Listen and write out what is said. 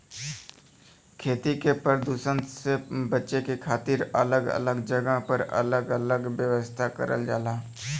खेती के परदुसन से बचे के खातिर अलग अलग जगह पर अलग अलग व्यवस्था करल जाला